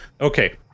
Okay